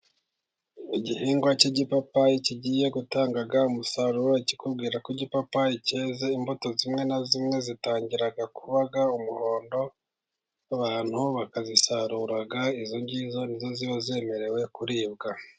Igihingwa cy'igipapayi kigiye gutanga umusaruro. ikikubwira ko igipapayi cyeze imbuto zimwe na zimwe zitangira kuba umuhondo ,abantu bakazisarura . Izo ngizo nizo ziba zemerewe kuribwa.